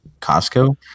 Costco